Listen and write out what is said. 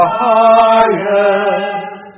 highest